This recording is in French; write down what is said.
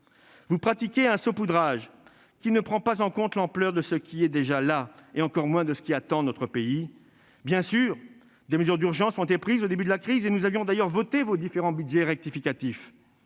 Vous pratiquez un saupoudrage, qui ne prend pas en compte l'ampleur de ce qui existe déjà, et encore moins de ce qui attend notre pays. Bien sûr, des mesures d'urgence ont été prises au début de la crise, et nous avions d'ailleurs voté vos différents budgets rectificatifs,